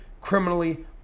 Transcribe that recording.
criminally